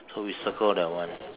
so we circle that one